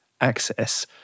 access